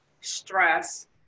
stress